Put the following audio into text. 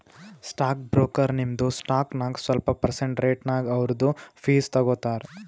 stock broker ನಿಮ್ದು stock ನಾಗ್ ಸ್ವಲ್ಪ ಪರ್ಸೆಂಟ್ ರೇಟ್ನಾಗ್ ಅವ್ರದು ಫೀಸ್ ತಗೋತಾರ